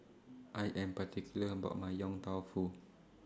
I Am particular about My Yong Tau Foo